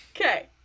okay